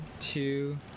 two